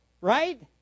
right